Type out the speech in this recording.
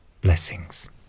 Blessings